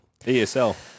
ESL